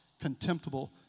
contemptible